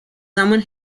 someone